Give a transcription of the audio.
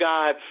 God